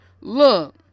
Look